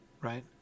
right